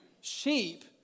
sheep